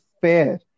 fair